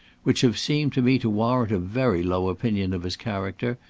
which have seemed to me to warrant a very low opinion of his character,